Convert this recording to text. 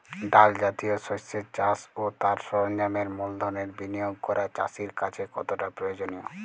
ডাল জাতীয় শস্যের চাষ ও তার সরঞ্জামের মূলধনের বিনিয়োগ করা চাষীর কাছে কতটা প্রয়োজনীয়?